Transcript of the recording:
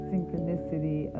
synchronicity